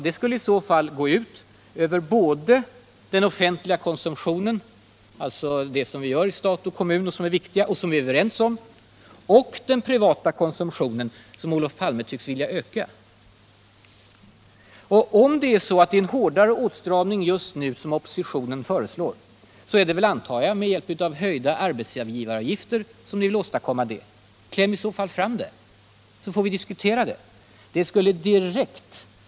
Det skulle i så fall gå ut över både den offentliga konsumtionen —- alltså det som vi är överens om att göra i stat och kommun och som är viktigt — och den privata konsumtionen, som Olof Palme nu tycks vilja öka. Om det är en hårdare åtstramning just nu som oppositionen föreslår, antar jag att det är med hjälp av höjda arbetsgivaravgifter som ni vill åstadkomma den. Kläm i så fall fram med det, så får vi diskutera det!